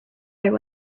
their